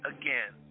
Again